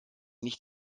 nicht